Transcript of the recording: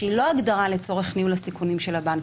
שהיא לא הגדרה לצורך ניהול הסיכונים של הבנק,